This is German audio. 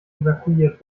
evakuiert